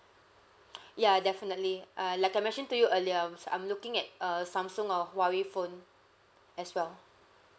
ya definitely uh like I mentioned to you earlier I'm s~ I'm looking at a samsung or huawei phone as well